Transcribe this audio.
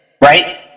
right